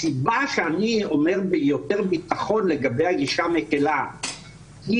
הסיבה שאני אומר ביותר ביטחון לגבי הגישה המקלה היא